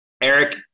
Eric